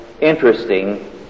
interesting